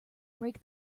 break